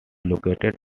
located